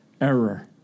Error